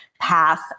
path